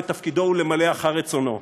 ותפקידו הוא למלא אחר רצונו.